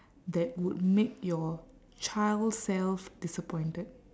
that would make your child self disappointed